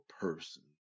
person